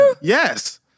yes